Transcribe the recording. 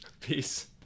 Peace